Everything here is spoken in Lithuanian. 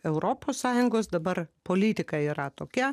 europos sąjungos dabar politika yra tokia